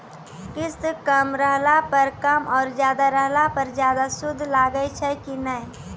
किस्त कम रहला पर कम और ज्यादा रहला पर ज्यादा सूद लागै छै कि नैय?